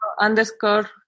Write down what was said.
underscore